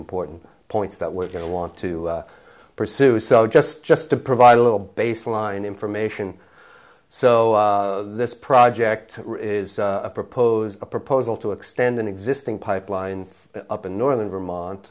important points that we're going to want to pursue so just just to provide a little baseline information so this project is a proposed a proposal to extend an existing pipeline up in northern